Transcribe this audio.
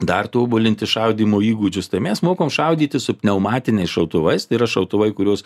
dar tobulinti šaudymo įgūdžius tai mes mokam šaudyti su pneumatiniais šautuvais ir šautuvai kuriuos